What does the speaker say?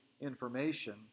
information